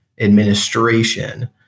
administration